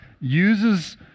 uses